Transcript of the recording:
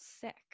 sick